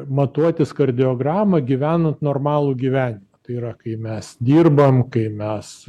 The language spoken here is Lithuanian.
matuotis kardiogramą gyvenant normalų gyvenimą tai yra kai mes dirbam kai mes